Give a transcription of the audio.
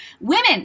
Women